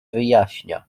wyjaśnia